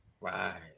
Right